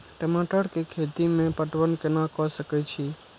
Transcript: टमाटर कै खैती में पटवन कैना क सके छी?